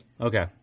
Okay